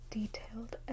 detailed